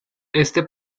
este